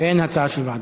אין הצעה של ועדה.